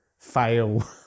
Fail